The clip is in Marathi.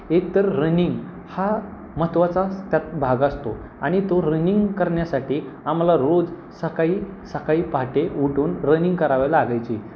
एक तर रनिंग हा महत्वाचाच त्यात भाग असतो आणि तो रनिंग करण्यासाठी आम्हाला रोज सकाळी सकाळी पहाटे उठून रनिंग करावे लागायची